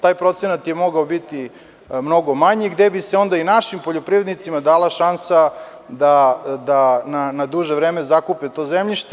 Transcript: Taj procenat je mogao biti mnogo manji, gde bi se onda našim poljoprivrednicima dala šansa da na duže vreme zakupe to zemljište.